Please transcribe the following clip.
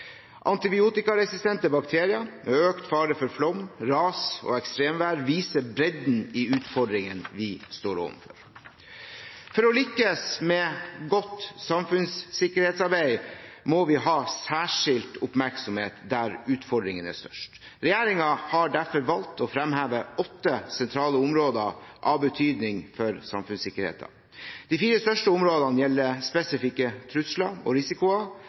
Antibiotikaresistente bakterier og økt fare for flom, ras og ekstremvær viser bredden i utfordringen vi står overfor. For å lykkes med godt samfunnssikkerhetsarbeid må vi ha særskilt oppmerksomhet der utfordringene er størst. Regjeringen har derfor valgt å fremheve åtte sentrale områder av betydning for samfunnssikkerheten. De fire største områdene gjelder spesifikke trusler og risikoer.